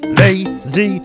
lazy